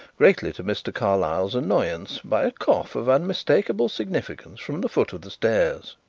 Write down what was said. greatly to mr. carlyle's annoyance, by a cough of unmistakable significance from the foot of the stairs.